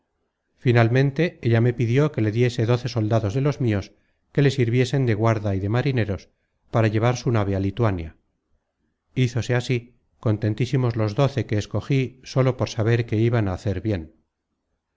finalmente ella me pidió que le diese doce soldados de los mios que le sirviesen de guarda y de marineros para llevar su nave á lituania hízose así contentísimos los doce que escogí sólo por saber que iban a hacer bien